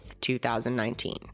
2019